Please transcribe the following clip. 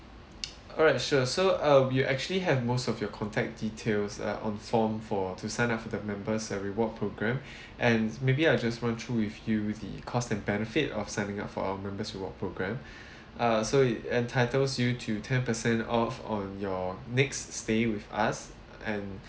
alright sure so uh we're actually have most of your contact details uh on form for to sign up for the members uh reward programme and maybe I'll just went through with you with the cost and benefit of signing up for our members reward programme uh so it entitles you to ten percent off on your next staying with us and